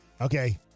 Okay